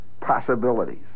possibilities